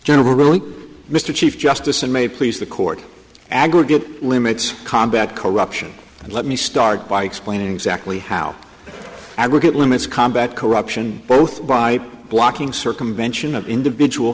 generally mr chief justice and may please the court aggregate limits combat corruption and let me start by explaining exactly how the aggregate limits combat corruption both by blocking circumvention of individual